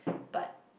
but